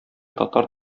татар